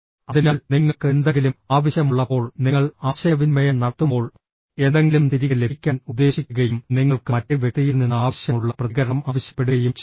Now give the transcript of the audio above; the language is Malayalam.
അതിനാൽ നിങ്ങൾക്ക് എന്തെങ്കിലും ആവശ്യമുള്ളപ്പോൾ നിങ്ങൾ ആശയവിനിമയം നടത്തുമ്പോൾ എന്തെങ്കിലും തിരികെ ലഭിക്കാൻ ഉദ്ദേശിക്കുകയും നിങ്ങൾക്ക് മറ്റേ വ്യക്തിയിൽ നിന്ന് ആവശ്യമുള്ള പ്രതികരണം ആവശ്യപ്പെടുകയും ചെയ്യുന്നു